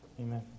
Amen